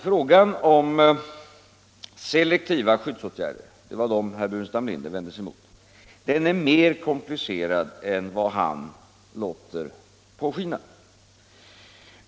Frågan om selektiva skyddsåtgärder, som herr Burenstam Linder vände sig mot, är mer komplicerad än han låter påskina.